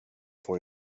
får